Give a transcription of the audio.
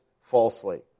falsely